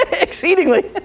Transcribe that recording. exceedingly